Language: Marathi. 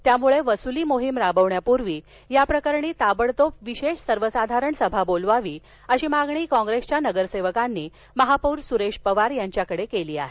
त्यामुळे वसुली मोहीम राबवण्यापूर्वी या प्रकरणी ताबडतोब विशेष सर्वसाधारण सभा बोलवावी अशी मागणी काँप्रेसच्या नगरसेवकांनी महापौर सुरेश पवार यांच्याकडे केली आहे